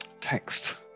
text